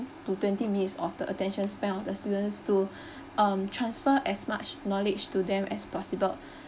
to twenty minutes of the attention span of the students to um transfer as much knowledge to them as possible